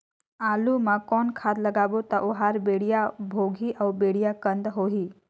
आलू मा कौन खाद लगाबो ता ओहार बेडिया भोगही अउ बेडिया कन्द होही?